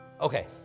Okay